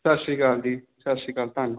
ਸਤਿ ਸ਼੍ਰੀ ਅਕਾਲ ਜੀ ਸਤਿ ਸ਼੍ਰੀ ਅਕਾਲ ਧੰਨਵਾਦ